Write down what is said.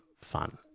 fun